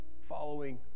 following